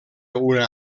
una